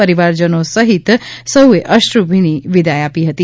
પરિવારજનો સહિત સોએ અશ્રુભીની વિદાય આપી હતી